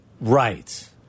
Right